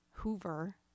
hoover